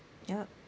yup